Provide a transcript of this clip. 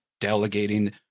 delegating